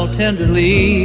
tenderly